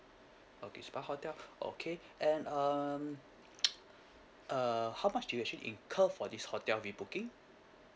okay spa hotel okay and um uh how much do you actually incur for this hotel rebooking